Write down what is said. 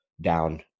down